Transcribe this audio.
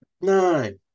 nine